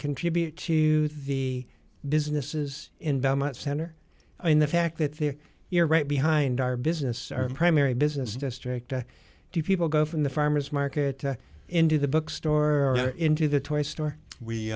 contributes to the businesses in belmont center i mean the fact that they're here right behind our business our primary business district or do people go from the farmers market into the bookstore or into the toy store we